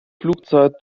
flugzeit